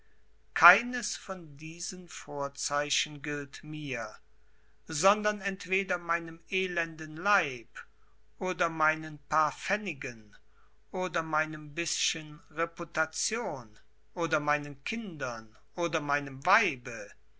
keines von diesen vorzeichen gilt mir sondern entweder meinem elenden leib oder meinen paar pfennigen oder meinem bischen reputation oder meinen kindern oder meinem weibe